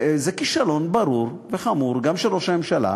זה כישלון ברור וחמור, גם של ראש הממשלה,